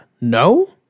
no